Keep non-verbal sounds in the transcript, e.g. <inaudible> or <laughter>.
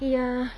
ya <breath>